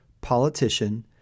politician